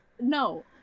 No